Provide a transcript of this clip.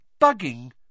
Bugging